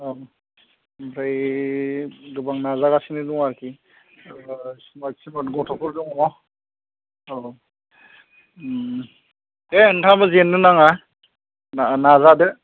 अ ओमफ्राय गोबां नाजागासिनो दं आरोखि स्मार्ट स्मार्ट गथ'फोर दङ औ दे नोंथाङाबो जेननो नाङा नाजादो